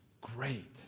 great